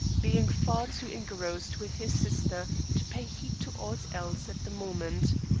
being far too engrossed with his sister to pay heed to aught else at the moment.